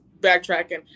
backtracking